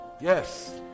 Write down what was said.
Yes